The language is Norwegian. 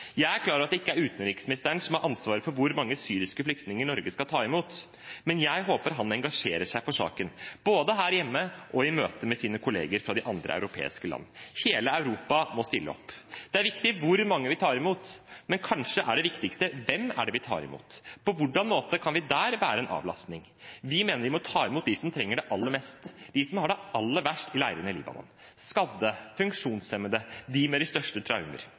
Jeg er klar over at det ikke er utenriksministeren som har ansvaret for hvor mange syriske flyktninger Norge skal ta imot, men jeg håper han engasjerer seg for saken, både her hjemme og i møte med sine kolleger i andre europeiske land. Hele Europa må stille opp. Det er viktig hvor mange vi tar imot, men kanskje er det viktigste: Hvem er det vi tar imot? På hvilken måte kan vi være en avlastning? Vi mener vi må ta imot dem som trenger det aller mest, de som har det aller verst i leirene i Libanon – skadde, funksjonshemmede, de med de største